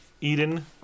Eden